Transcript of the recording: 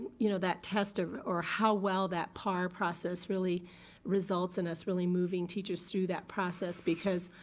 you know that test ah or how well that par process really results in us really moving teachers through that process because